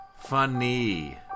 Funny